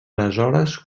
aleshores